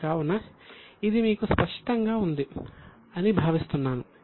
కావున ఇది మీకు స్పష్టంగా ఉంది అని భావిస్తున్నాను